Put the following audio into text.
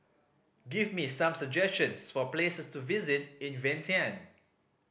give me some suggestions for places to visit in Vientiane